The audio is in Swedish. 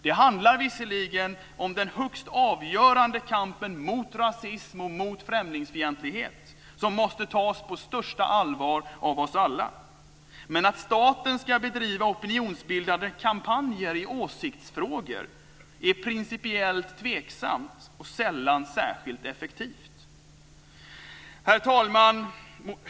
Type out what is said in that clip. Det handlar visserligen om den högst avgörande kampen mot rasism och mot främlingsfientlighet, som måste tas på största allvar av oss alla. Men att staten ska bedriva opinionsbildande kampanjer i åsiktsfrågor är principiellt tveksamt och sällan särskilt effektivt. Herr talman!